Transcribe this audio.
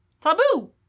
Taboo